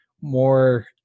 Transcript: more